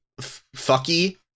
fucky